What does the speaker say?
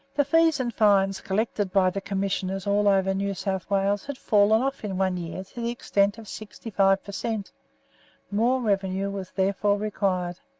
the fees and fines collected by the commissioners all over new south wales had fallen off in one year to the extent of sixty-five per cent more revenue was therefore required,